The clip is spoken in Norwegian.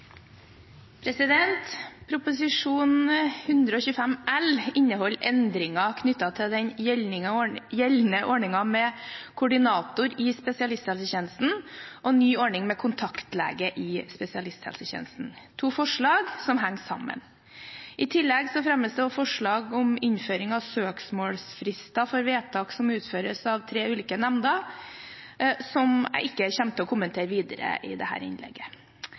sykdom. Prop. 125 L for 2014–2015 inneholder endringer knyttet til den gjeldende ordningen med koordinator i spesialisthelsetjenesten og ny ordning med kontaktlege i spesialisthelsetjenesten – to forslag som henger sammen. I tillegg fremmes det også forslag om innføring av søksmålsfrister for vedtak som utføres av tre ulike nemnder, som jeg ikke kommer til å kommentere videre i dette innlegget.